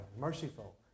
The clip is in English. merciful